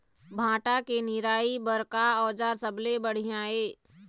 भांटा के निराई बर का औजार सबले बढ़िया ये?